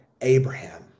Abraham